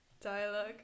Dialogue